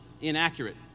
inaccurate